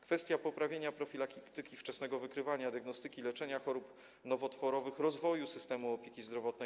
Kwestia poprawienia profilaktyki, wczesnego wykrywania, diagnostyki i leczenia chorób nowotworowych, rozwoju systemu opieki zdrowotnej.